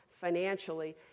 financially